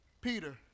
Peter